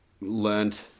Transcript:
learned